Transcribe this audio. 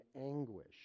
anguish